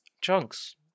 chunks